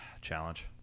challenge